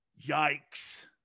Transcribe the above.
Yikes